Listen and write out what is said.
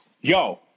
yo